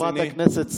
חברת הכנסת סטרוק,